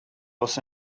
los